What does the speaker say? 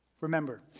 Remember